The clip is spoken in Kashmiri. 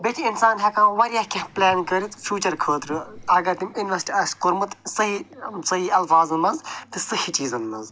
بیٚیہِ چھِ انسان ہٮ۪کان واریاہ کیٚنٛہہ پٕلین کٔرِتھ فیوٗچَر خٲطرٕ اگر تٔمۍ اِنوٮ۪سٹ آسہِ کوٚرمُت صحیح صحیح الفاظن منٛز تہٕ صحیح چیٖزَن منٛز